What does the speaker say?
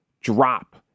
drop